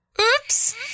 Oops